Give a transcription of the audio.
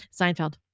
Seinfeld